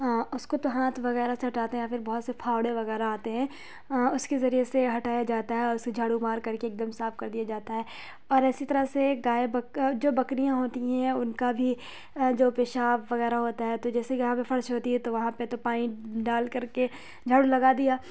اس کو تو ہاتھ وغیرہ سے ہٹاتے ہیں یا پھر بہت سے پھاوڑے وغیرہ آتے ہیں اس کے ذریعے سے ہٹایا جاتا ہے اسے جھاڑو مار کر کے ایک دم صاف کر دیا جاتا ہے اور اسی طرح سے گائے بکا جو بکریاں ہوتی ہیں ان کا بھی جو پیشاب وغیرہ ہوتا ہے تو جیسے کہ جہاں پر فرش ہوتی ہے تو وہاں پہ تو پانی ڈال کر کے جھاڑو لگا دیا